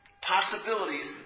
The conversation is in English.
possibilities